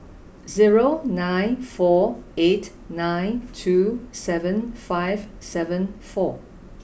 zero nine four eight nine two seven five seven four